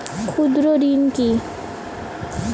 ক্ষুদ্র ঋণ কি?